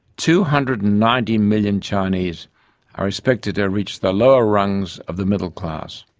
two hundred and ninety million chinese are expected to reach the lower rungs of the middle class.